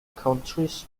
countries